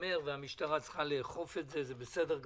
והמשטרה צריכה לאכוף את זה זה בסדר גמור.